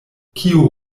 kio